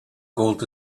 gold